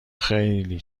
خیلی